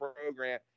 program